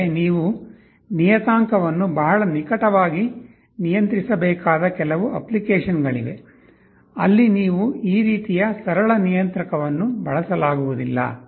ಆದರೆ ನೀವು ನಿಯತಾಂಕವನ್ನು ಬಹಳ ನಿಕಟವಾಗಿ ನಿಯಂತ್ರಿಸಬೇಕಾದ ಕೆಲವು ಅಪ್ಲಿಕೇಶನ್ಗಳಿವೆ ಅಲ್ಲಿ ನೀವು ಈ ರೀತಿಯ ಸರಳ ನಿಯಂತ್ರಕವನ್ನು ಬಳಸಲಾಗುವುದಿಲ್ಲ